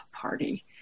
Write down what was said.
party